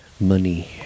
Money